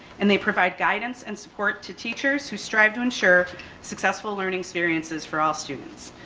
and they provide guidance and support to teachers who strive to ensure successful learning experiences for all students,